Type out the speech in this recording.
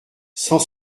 cent